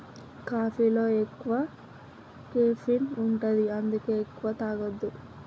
కాఫీలో ఎక్కువ కెఫీన్ ఉంటది అందుకే ఎక్కువ తాగొద్దు